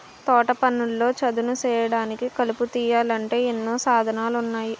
తోటపనుల్లో చదును సేయడానికి, కలుపు తీయాలంటే ఎన్నో సాధనాలున్నాయి